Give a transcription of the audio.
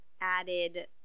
added